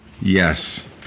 yes